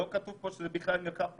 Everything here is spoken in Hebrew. לא כתוב פה שזה בכלל מרחב פתוח,